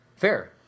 Fair